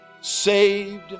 saved